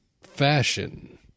fashion